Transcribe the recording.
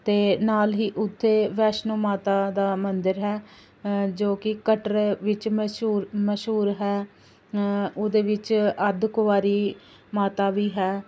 ਅਤੇ ਨਾਲ ਹੀ ਉੱਥੇ ਵੈਸ਼ਨੋ ਮਾਤਾ ਦਾ ਮੰਦਰ ਹੈ ਜੋ ਕਿ ਕਟਰੇ ਵਿੱਚ ਮਸ਼ਹੂਰ ਮਸ਼ਹੂਰ ਹੈ ਉਹਦੇ ਵਿੱਚ ਅੱਧ ਕੁਆਰੀ ਮਾਤਾ ਵੀ ਹੈ